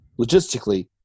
Logistically